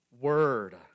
word